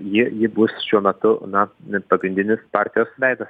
ji ji bus šiuo metu na pagrindinis partijos veidas